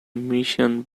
mission